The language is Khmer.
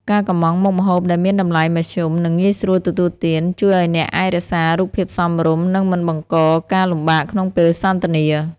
ការកម្ម៉ង់មុខម្ហូបដែលមានតម្លៃមធ្យម និងងាយស្រួលទទួលទាន ជួយឱ្យអ្នកអាចរក្សារូបភាពសមរម្យ និងមិនបង្កការលំបាកក្នុងពេលសន្ទនា។